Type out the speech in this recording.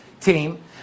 team